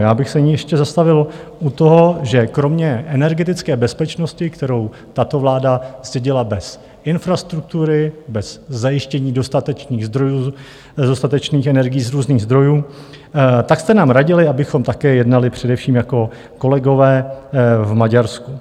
Já bych se nyní ještě zastavil u toho, že kromě energetické bezpečnosti, kterou tato vláda zdědila bez infrastruktury, bez zajištění dostatečných zdrojů, dostatečných energií z různých zdrojů, tak jste nám radili, abychom také jednali především jako kolegové v Maďarsku.